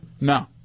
No